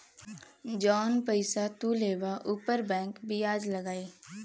जौन पइसा तू लेबा ऊपर बैंक बियाज लगाई